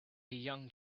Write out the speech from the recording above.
young